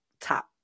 top